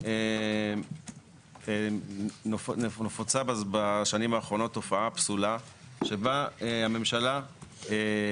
אכן נפוצה בשנים האחרונות תופעה פסולה שבה הממשלה או